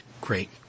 Great